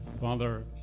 Father